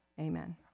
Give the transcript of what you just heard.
amen